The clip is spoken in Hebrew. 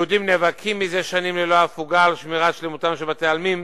יהודים נאבקים זה שנים ללא הפוגה על שמירת שלמותם של בתי-עלמין